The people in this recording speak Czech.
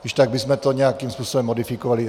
Kdyžtak bychom to nějakým způsobem modifikovali.